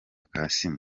kassim